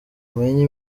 umenye